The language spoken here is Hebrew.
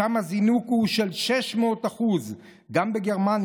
ושם הזינוק הוא של 600%. גם בגרמניה,